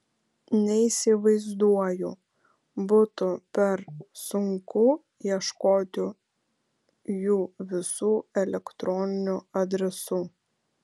neįsivaizduoju būtų per sunku ieškoti jų visų elektroninių adresų